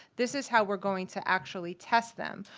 this is how we're going to actually test them,